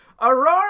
Aurora